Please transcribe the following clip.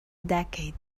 decade